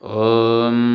om